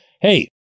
hey